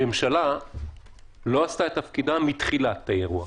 הממשלה לא עשתה את תפקידה מתחילת האירוע.